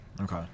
Okay